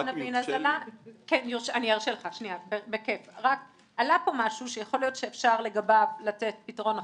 רק עלה פה משהו שיכול להיות שאפשר לגביו לתת פתרון אחר.